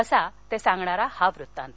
कसा तसिंगणारा हा वृत्तांत